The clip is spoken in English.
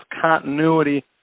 continuity